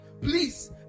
Please